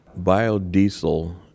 Biodiesel